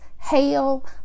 hail